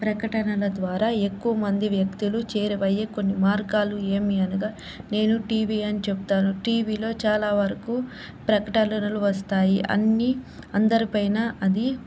ప్రకటనల ద్వారా ఎక్కువ మంది వ్యక్తులు చేరువయ్యే కొన్ని మార్గాలు ఏమీ అనగా నేను టీవీ అని చెప్తాను టీవీలో చాలా వరకు ప్రకటనలు వస్తాయి అన్నీ అందరి పైన అది